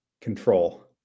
control